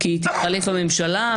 כי תתחלף הממשלה,